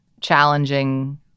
challenging